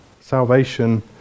Salvation